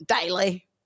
daily